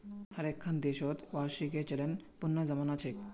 हर एक्खन देशत वार्षिकीर चलन पुनना जमाना छेक